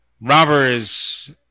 robbers